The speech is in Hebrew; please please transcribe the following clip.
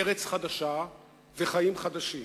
ארץ חדשה וחיים חדשים.